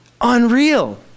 Unreal